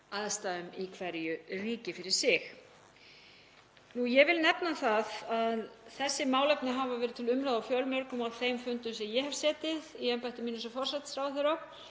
aðstæðum í hverju ríki fyrir sig. Ég vil nefna það að þessi málefni hafa verið til umræðu á fjölmörgum af þeim fundum sem ég hef setið í embætti mínu sem forsætisráðherra